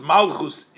Malchus